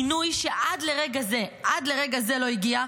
גינוי שעד לרגע זה לא הגיע,